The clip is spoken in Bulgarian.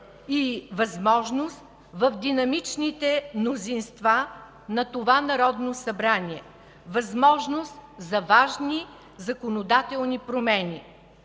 и възможност в динамичните мнозинства на това Народно събрание за важни законодателни промени,